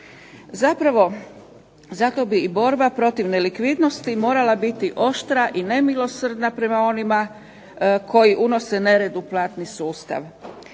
Zapravo zato bi i borba protiv nelikvidnosti morala biti oštra i nemilosrdna prema onima koji unose nered u platni sustav.